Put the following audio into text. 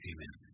Amen